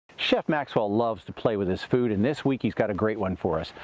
chef maxwell loves to play with his food and this week, he's got a great one for us,